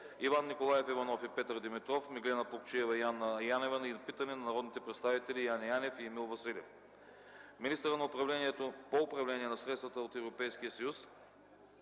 Иван Николаев Иванов и Петър Димитров, Меглена Плугчиева и Анна Янева и питане на народните представители Яне Янев и Емил Василев; - министърът по управление на средствата от Европейския съюз